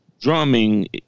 drumming